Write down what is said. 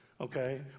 Okay